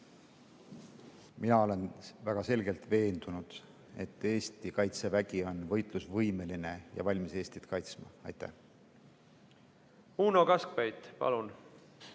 Mina olen väga selgelt veendunud, et Eesti kaitsevägi on võitlusvõimeline ja valmis Eestit kaitsma. Uno Kaskpeit, palun!